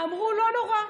אמרו: לא נורא,